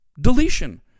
deletion